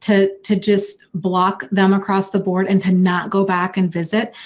to to just block them across the board and to not go back and visit,